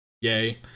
yay